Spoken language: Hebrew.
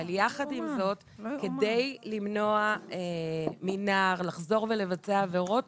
אבל יחד עם זאת כדי למנוע מנער לחזור ולבצע עבירות,